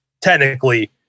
technically